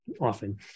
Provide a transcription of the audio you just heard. often